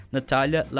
Natalia